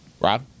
Rob